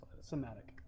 somatic